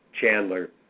Chandler